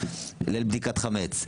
ליל בדיקת חמץ.